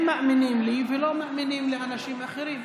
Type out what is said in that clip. הם מאמינים לי ולא מאמינים לאנשים אחרים.